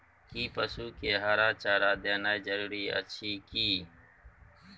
कि पसु के हरा चारा देनाय जरूरी अछि की?